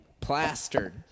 plastered